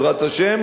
בעזרת השם,